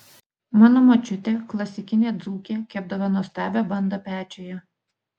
mano močiutė klasikinė dzūkė kepdavo nuostabią bandą pečiuje